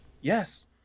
Yes